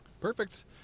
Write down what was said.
Perfect